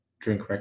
drink